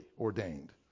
ordained